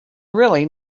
really